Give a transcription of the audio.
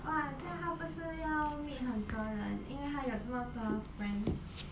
!wah! 这样她不是要 meet 很多人因为她有这么多 friends